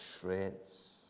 shreds